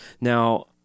Now